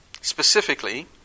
specifically